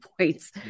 points